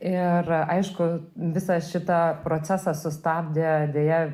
ir aišku visą šitą procesą sustabdė deja